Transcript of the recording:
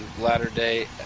Latter-Day